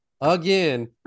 again